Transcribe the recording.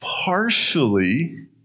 Partially